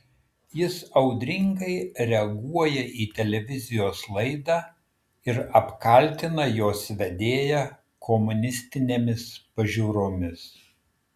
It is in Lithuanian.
jis audringai reaguoja į televizijos laidą ir apkaltina jos vedėją komunistinėmis pažiūromis